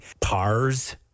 pars